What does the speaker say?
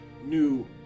new